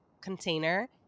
container